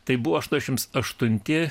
tai buvo aštuoniasdešimt aštunti